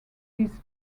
his